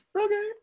Okay